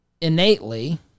innately